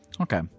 Okay